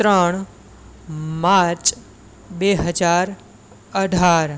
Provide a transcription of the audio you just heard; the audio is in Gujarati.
ત્રણ માર્ચ બે હજાર અઢાર